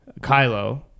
Kylo